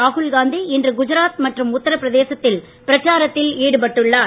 ராகுல்காந்தி இன்று குஜராத் மற்றும் உத்தரபிரதேசத்தில் பிரச்சாரத்தில் ஈடுபட்டுள்ளார்